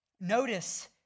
Notice